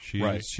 Right